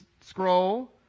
Scroll